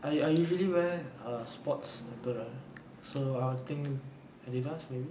I I usually wear err sports apparel so I would think adidas maybe